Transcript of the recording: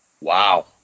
Wow